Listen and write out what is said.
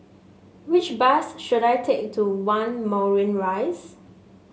which bus should I take to One Moulmein Rise